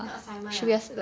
assignment ah